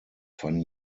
fanden